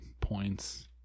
points